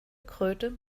kröte